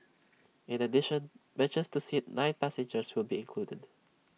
in addition benches to seat nine passengers will be included